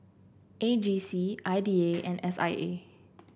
A G C I D A and S I A